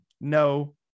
no